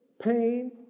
pain